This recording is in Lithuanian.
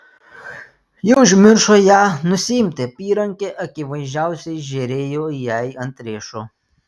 ji užmiršo ją nusiimti apyrankė akivaizdžiausiai žėrėjo jai ant riešo